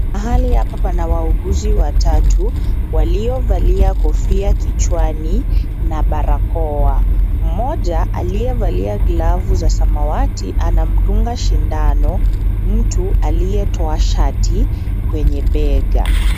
Mahali hapa pana wauguzi watatu waliovalia kofia kichwani na barakoa. Mmoja aliyevalia glavu za samawati anamdunga shindano mtu aliyetoa shati kwenye bega.